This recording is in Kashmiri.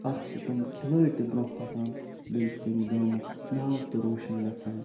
اَکھ چھِ تِم کھلٲڑۍ تہِ برٛونٛہہ پکان بیٚیہِ چھِ تَمہِ گامُک ناو تہِ روشَن گژھان